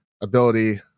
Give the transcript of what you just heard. ability